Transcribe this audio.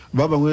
Baba